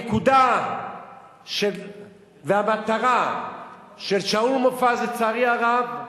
הנקודה והמטרה של שאול מופז, לצערי הרב,